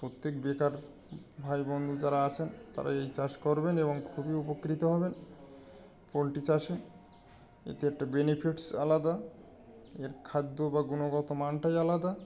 প্রত্যেক বেকার ভাই বন্ধু যারা আছেন তারা এই চাষ করবেন এবং খুবই উপকৃত হবেন পোলট্রি চাষে এতে একটা বেনিফিটস আলাদা এর খাদ্য বা গুণগত মানটাই আলাদা